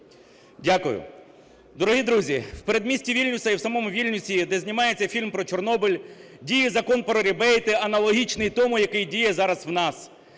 Дякую. Дорогі друзі, в передмісті Вільнюса в самому Вільнюсі, де знімається фільм про "Чорнобиль", діє Закон про рібейти аналогічний тому, який діє зараз у нас,